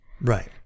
Right